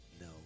no